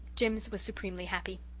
jims was supremely happy.